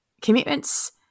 commitments